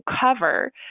cover